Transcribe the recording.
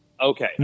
Okay